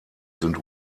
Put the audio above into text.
sind